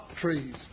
trees